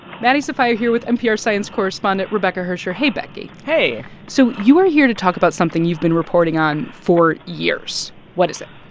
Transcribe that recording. maddie sofia here with npr's science correspondent rebecca hersher. hey, becky hey so you are here to talk about something you've been reporting on for years. what is it?